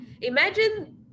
Imagine